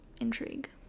intrigue